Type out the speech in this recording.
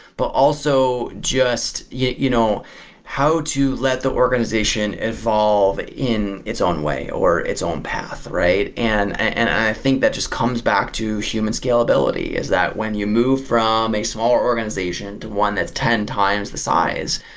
but also just you know how to let the organization evolve in its own way or its own path, right? and and i think that just comes back to human scalability, is that when you move from a small organization to one that's ten times the size,